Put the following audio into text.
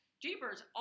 Jeepers